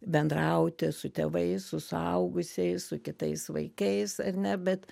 bendrauti su tėvais su suaugusiais su kitais vaikais ar ne bet